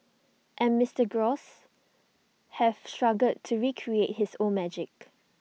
and Mister gross have struggled to recreate his old magic